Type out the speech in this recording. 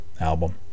album